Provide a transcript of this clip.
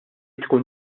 tkun